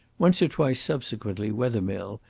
once or twice subsequently wethermill,